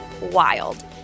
wild